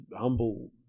humble